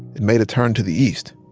it made a turn to the east.